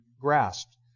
grasped